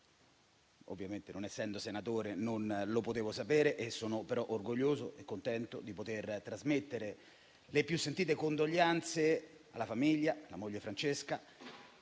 Ovviamente, non essendo senatore, non lo potevo sapere, ma sono orgoglioso e contento di poter trasmettere le più sentite condoglianze alla famiglia, alla moglie Francesca,